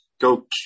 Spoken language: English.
go